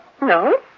No